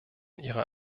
ihrer